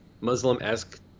Muslim-esque